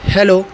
hello